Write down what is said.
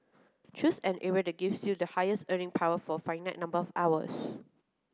choose an area that gives you the highest earning power for finite number of hours